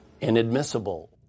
inadmissible